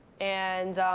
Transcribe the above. and,